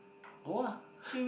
go ah